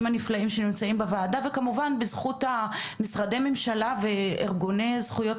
הנפלאים שנמצאים בוועדה וכמובן בזכות משרדי הממשלה וארגוני זכויות